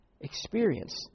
experience